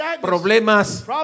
Problemas